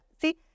see